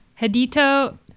Hedito